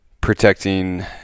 protecting